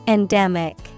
Endemic